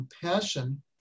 compassion